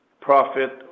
profit